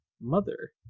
mother